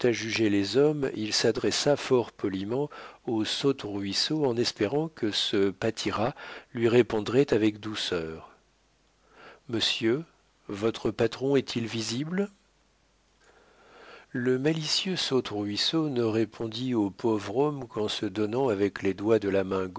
juger les hommes il s'adressa fort poliment au saute-ruisseau en espérant que ce pâtiras lui répondrait avec douceur monsieur votre patron est-il visible le malicieux saute-ruisseau ne répondit au pauvre homme qu'en se donnant avec les doigts de la main